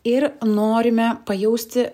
ir norime pajausti